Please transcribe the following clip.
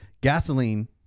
gasoline